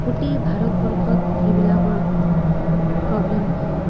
গোটেই ভাৰতবৰ্ষত সেইবিলাকৰ প্ৰব্লেম